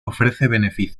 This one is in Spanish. ofrece